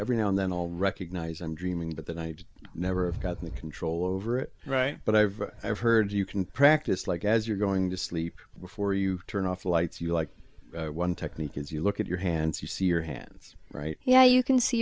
don't then i'll recognize i'm dreaming but then i never got the control over it right but i've i've heard you can practice like as you're going to sleep before you turn off the lights you like one technique is you look at your hands you see your hands right yeah you can see